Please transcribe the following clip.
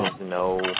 no